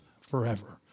forever